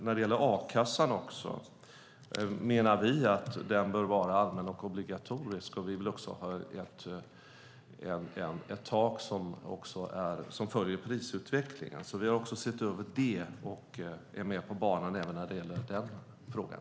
När det gäller a-kassan menar vi att den bör vara allmän och obligatorisk. Vi vill ha ett tak som följer prisutvecklingen. Vi har sett över det och är med på banan även när det gäller den frågan.